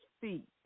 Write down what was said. feet